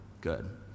good